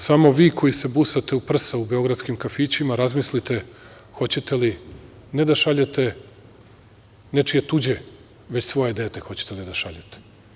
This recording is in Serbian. Samo vi koji se busate u prsa u beogradskim kafićima razmislite hoćete li ne da šaljete nečije tuđe, već svoje dete hoćete da šaljete.